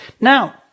Now